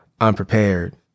unprepared